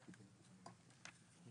און,